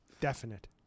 definite